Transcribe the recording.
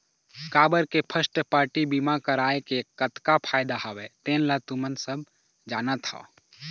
काबर के first party बीमा करवाय के कतका फायदा हवय तेन ल तुमन सब जानत हव